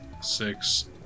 six